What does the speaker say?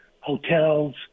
hotels